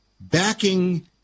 backing